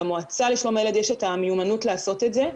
למועצה לשלום הילד יש את המיומנות לעשות את זה,